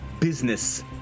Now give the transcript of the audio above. business